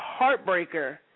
heartbreaker